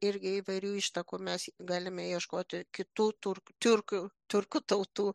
irgi įvairių ištakų mes galime ieškoti kitų turk tiurkų tiurkų tautų